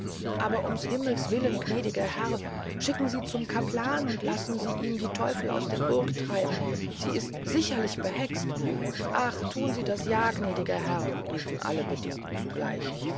aber ums himmels willen gnädiger herr schicken sie zum caplan und lassen sie ihn die teufel aus der burg treiben sie ist sicherlich behext ach thun sie das ja gnädigen herr riefen alle bedienten zugleich